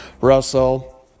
Russell